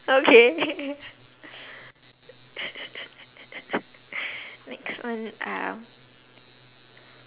okay next one uh